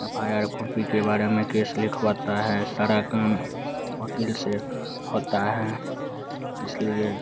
F I R copy के बारे में केस लिखवाता है सारा काम वक़ील से होता है इसलिए